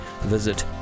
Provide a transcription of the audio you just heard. visit